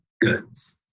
goods